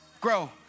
Grow